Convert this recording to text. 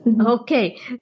Okay